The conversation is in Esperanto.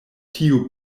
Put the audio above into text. tiu